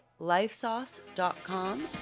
lifesauce.com